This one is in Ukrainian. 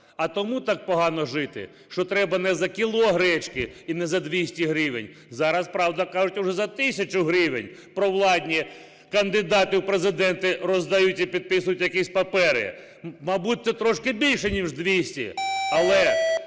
А тому так погано жити, що треба не за кіло гречки і не за 200 гривень. Зараз, правда, кажуть, що вже за тисячу гривень провладні кандидати в президенти роздають і підписують якісь папери. Мабуть, це трошки більше, ніж 200. Але,